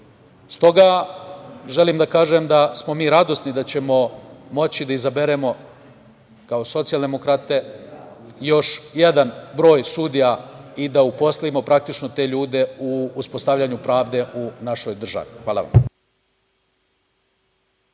želim da kažem da smo mi radosni da ćemo moći da izaberemo kao socijaldemokrate još jedan broj sudija i da uposlimo praktično te ljude u uspostavljanju pravde u našoj državi. Hvala vam.